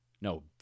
No